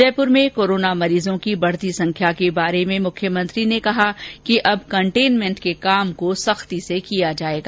जयपुर में कोरोना मरीजों की बढती संख्या के बारे में मुख्यमंत्री ने कहा कि अब कंटेनमेंट के काम को सख्ती से किया जाएगा